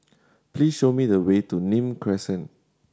please show me the way to Nim Crescent